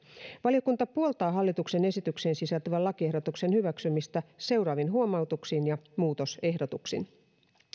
valiokunta puoltaa hallituksen esitykseen sisältyvän lakiehdotuksen hyväksymistä seuraavin huomautuksin ja muutosehdotuksin